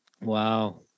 Wow